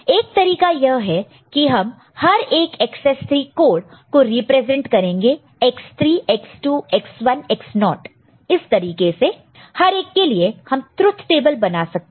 एक तरीका यह है कि हम हर एक एकसेस 3 कोड को रिप्रेजेंट करेंगे X3 X2 X1 X0 इस तरीके से हर एक के लिए हम ट्रूथ टेबल बना सकते हैं